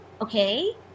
Okay